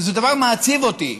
וזה דבר שמעציב אותי.